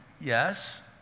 Yes